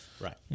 Right